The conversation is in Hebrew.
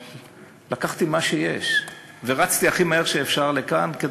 לקחתי מה שיש ורצתי הכי מהר שאפשר לכאן,